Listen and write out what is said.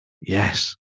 Yes